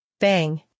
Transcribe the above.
Bang